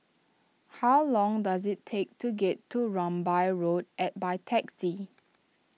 how long does it take to get to Rambai Road and by taxi